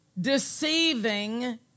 Deceiving